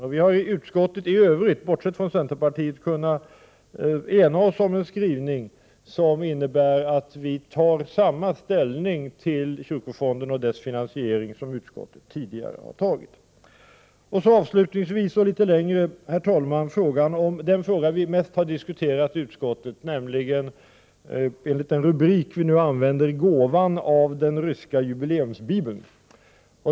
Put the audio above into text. Alla partiers representanter utom centerpartiets har i utskottet kunnat enas om en skrivning som innebär att vi tar samma ställning till kyrkofonden och dess finansiering som utskottet tidigare gjort. Så avslutningsvis den fråga vi mest har diskuterat i utskottet, nämligen Gåva av den ryska jubileumsbibeln, som är den rubrik som vi nu använder.